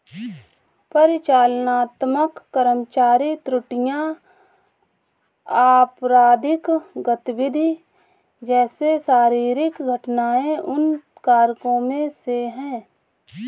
परिचालनात्मक कर्मचारी त्रुटियां, आपराधिक गतिविधि जैसे शारीरिक घटनाएं उन कारकों में से है